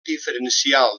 diferencial